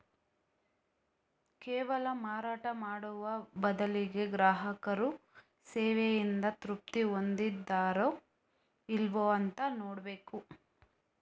ಕೇವಲ ಮಾರಾಟ ಮಾಡುವ ಬದಲಿಗೆ ಗ್ರಾಹಕರು ಸೇವೆಯಿಂದ ತೃಪ್ತಿ ಹೊಂದಿದಾರೋ ಇಲ್ವೋ ಅಂತ ನೋಡ್ಬೇಕು